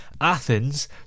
Athens